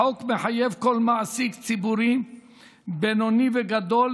החוק מחייב כל מעסיק ציבורי בינוני או גדול